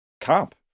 comp